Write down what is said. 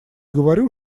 говорю